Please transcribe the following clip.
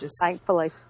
thankfully